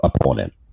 opponent